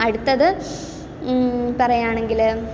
അടുത്തത് പറയുകയാണെങ്കിൽ